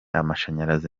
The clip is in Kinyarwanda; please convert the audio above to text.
amashanyarazi